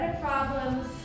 problems